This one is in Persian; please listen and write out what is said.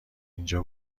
اینجا